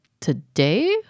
today